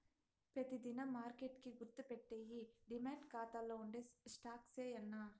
పెతి దినం మార్కెట్ కి గుర్తుపెట్టేయ్యి డీమార్ట్ కాతాల్ల ఉండే స్టాక్సే యాన్నా